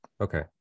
Okay